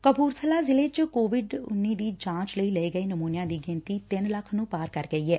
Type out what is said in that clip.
ਕਪੁਰਥਲਾ ਜ਼ਿਲ੍ਲੇ ਚ ਕੋਵਿਡ ਦੀ ਜਾਚ ਲਈ ਲਏ ਗਏ ਨਮੁਨਿਆਂ ਦੀ ਗਿਣਤੀ ਤਿੰਨ ਲੱਖ ਨੂੰ ਪਾਰ ਕਰ ਗਈ ਏ